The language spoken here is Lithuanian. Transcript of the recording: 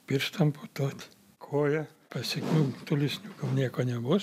pirštą amputuoti koją pasekmių tolesnių kol nieko nebus